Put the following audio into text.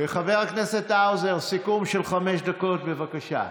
חבר הכנסת האוזר, סיכום של חמש דקות, בבקשה.